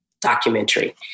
documentary